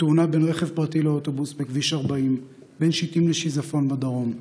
בתאונה בין רכב פרטי לאוטובוס בכביש 40 בין שיטים לשיזפון בדרום.